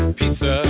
pizza